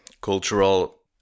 cultural